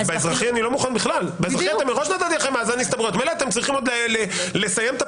בתי משפט מאזן הסתברויות פלוס.